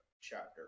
chapter